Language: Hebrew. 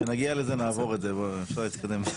כשנגיע לזה נעבור את זה, אפשר להתקדם.